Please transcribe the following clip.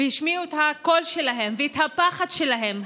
הם השמיעו את הקול שלהם ואת הפחד שלהם.